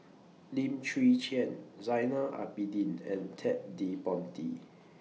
Lim Chwee Chian Zainal Abidin and Ted De Ponti